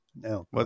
no